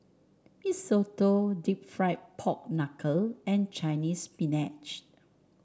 Mee Soto deep fried Pork Knuckle and Chinese Spinach